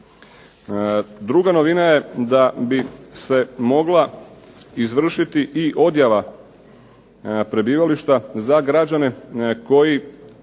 Druga novina je da bi se mogla izvršiti i odjava prebivališta za građane koji